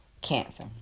Cancer